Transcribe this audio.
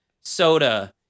soda